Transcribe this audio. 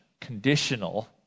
conditional